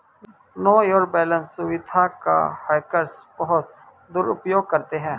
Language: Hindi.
नो योर बैलेंस सुविधा का हैकर्स बहुत दुरुपयोग करते हैं